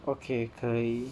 okay 可以